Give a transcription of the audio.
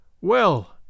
Well